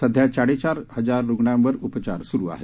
सध्या साडे चार हजार रुग्णांवर उपचार स्रू आहेत